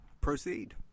proceed